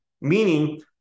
Meaning